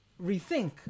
rethink